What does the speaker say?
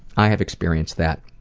i have experienced that.